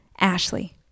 Ashley